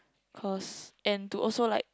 cause and to also like